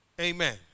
Amen